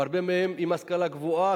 והרבה מהם עם השכלה גבוהה,